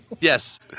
Yes